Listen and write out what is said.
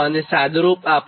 અને સાદુ રૂપ આપો